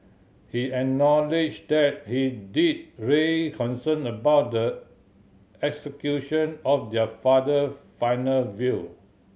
he acknowledged that he did raise concern about the execution of their father final will